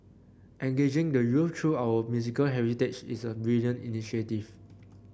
engaging the youth through our musical heritage is a brilliant initiative